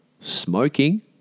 smoking